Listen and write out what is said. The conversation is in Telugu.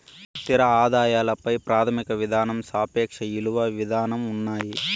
స్థిర ఆదాయాల పై ప్రాథమిక విధానం సాపేక్ష ఇలువ విధానం ఉన్నాయి